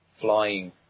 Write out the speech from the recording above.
flying